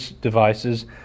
devices